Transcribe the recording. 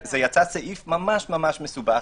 זה יצא סעיף ממש מסובך.